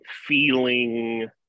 feeling